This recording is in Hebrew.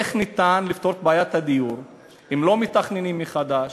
איך ניתן לפתור את בעיית הדיור אם לא מתכננים מחדש,